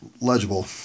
legible